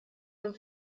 minn